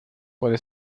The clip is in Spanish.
puede